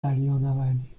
دریانوردی